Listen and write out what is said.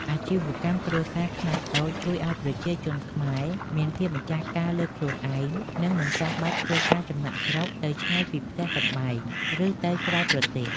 អាជីវកម្មគ្រួសារខ្នាតតូចជួយឱ្យប្រជាជនខ្មែរមានភាពម្ចាស់ការលើខ្លួនឯង និងមិនចាំបាច់ធ្វើការចំណាកស្រុកទៅឆ្ងាយពីផ្ទះសម្បែង ឬទៅក្រៅប្រទេស។